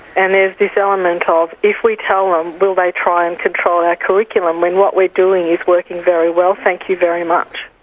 and there's this element of, if we tell them will they try and control our curriculum when what we're doing is working very well, thank you very much.